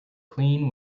clean